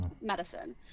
Medicine